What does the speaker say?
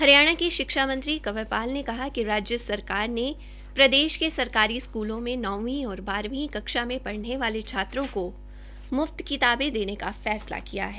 हरियाणा के शिक्षामंत्री कंवर पाल ने कहा कि राज्य सरकार ने प्रदेश के सरकारी स्कूलों में नौवीं और बाहरवीं कक्षा में पढ़ने वाले छात्रों को म्फ्त किताबे देने का फैसला किया है